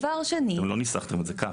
אתם לא ניסחתם את זה כך.